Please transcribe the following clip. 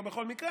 לא בכל מקרה.